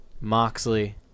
Moxley